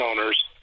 owners